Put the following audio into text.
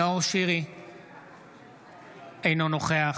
אינו נוכח